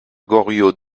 goriot